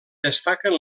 destaquen